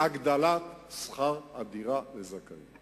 בהגדלת ההשתתפות בשכר-הדירה לזכאים.